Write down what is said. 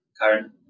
current